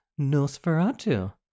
Nosferatu